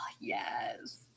yes